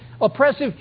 oppressive